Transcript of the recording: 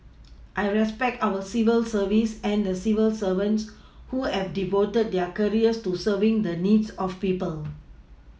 I respect our civil service and the civil servants who have devoted their careers to serving the needs of people